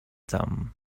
them